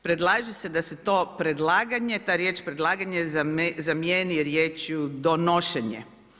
Predlaže se da se to predlaganje, ta riječ predlaganje, zamijeni riječju donošenje.